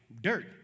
dirt